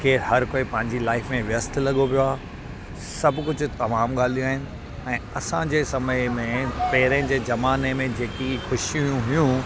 के हर कोई पंहिंजी लाइफ़ में व्यस्त लॻो पियो आहे सभु कुझु तमामु ॻाल्हियूं आहिनि ऐं असांजे समय में पहिरें जे ज़माने में जेकी ख़ुशियूं हुयूं